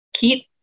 keep